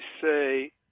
say